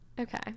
Okay